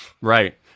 right